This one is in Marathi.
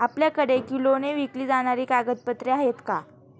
आपल्याकडे किलोने विकली जाणारी कागदपत्रे आहेत का?